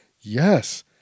Yes